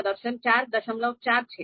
4 છે